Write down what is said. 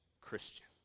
Christian